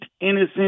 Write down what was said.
innocent